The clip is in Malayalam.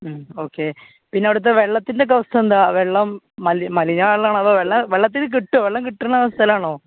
ഓക്കെ പിന്നെ അവിടുത്തെ വെള്ളത്തിൻ്റെ ഒക്കെ അവസ്ഥ എന്താണ് വെള്ളം മി മലിനമാണോ അതോ വെള്ളം അപ്പം വെള്ളം വെള്ളത്തിന് കിട്ടുമോ വെള്ളം കിട്ടുന്ന സ്ഥലമാണോ